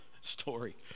story